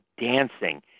dancing